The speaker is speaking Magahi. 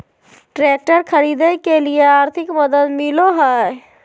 ट्रैक्टर खरीदे के लिए आर्थिक मदद मिलो है?